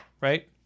right